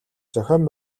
зохион